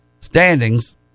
standings